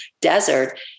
desert